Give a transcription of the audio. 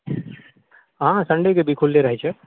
हँ सन्डेके भी खुलले रहैत छै